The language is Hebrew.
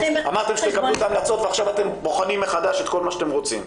אמרתם שתקבלו את ההמלצות ועכשיו אתם בוחנים מחדש את כל מה שאתם רוצים.